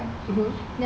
mmhmm